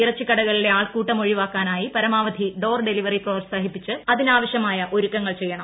ഇറച്ചിക്കടകളിലെ ആൾക്കൂട്ടം ഒഴിവാക്കാനായി പരമാവധി ഡോർ ഡെലിവറി പ്രോത്സാഹിപ്പിച്ച് അതിനാവശ്യമായ ഒരുക്കങ്ങൾ ചെയ്യണം